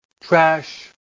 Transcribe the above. trash